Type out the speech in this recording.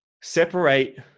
Separate